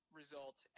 result